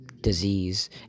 disease